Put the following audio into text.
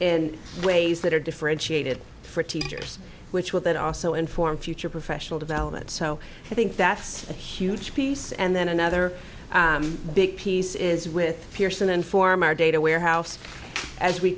in ways that are differentiated for teachers which will then also inform future professional development so i think that's a huge piece and then another big piece is with pearson and form our data warehouse as we